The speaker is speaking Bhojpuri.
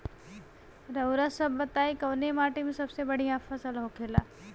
रउआ सभ बताई कवने माटी में फसले सबसे बढ़ियां होखेला?